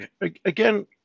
Again